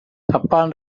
upon